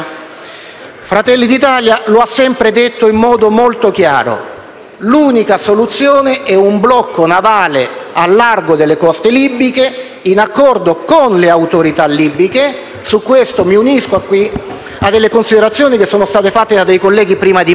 Fratelli d'Italia lo ha sempre detto in modo molto chiaro: l'unica soluzione è un blocco navale al largo delle coste libiche in accordo con le autorità libiche; su questo mi unisco a delle considerazioni che sono state fatte dai miei colleghi prima di me.